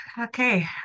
okay